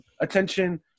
attention